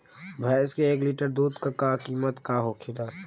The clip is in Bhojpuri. भैंस के एक लीटर दूध का कीमत का होखेला?